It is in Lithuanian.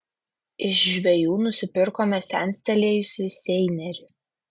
iš žvejų nusipirkome senstelėjusį seinerį